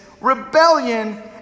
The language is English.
rebellion